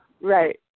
Right